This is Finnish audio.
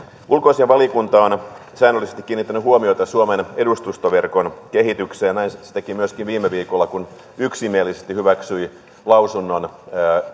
ulkoasiainvaliokunta on on säännöllisesti kiinnittänyt huomiota suomen edustustoverkon kehitykseen ja näin se se teki myöskin viime viikolla kun yksimielisesti hyväksyi lausunnon